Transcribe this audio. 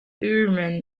urim